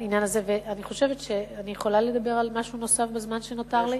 אני יכולה לדבר על משהו נוסף בזמן שנותר לי?